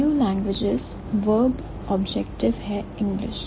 VO languages verb objective है English